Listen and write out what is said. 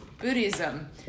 buddhism